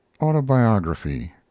autobiography